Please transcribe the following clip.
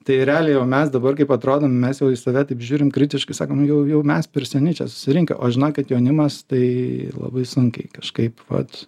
tai realiai jau mes dabar kaip atrodom mes jau į save taip žiūrim kritiškai sakom jau jau mes per seni čia susirinkę o žinokit jaunimas tai labai sunkiai kažkaip vat